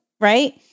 right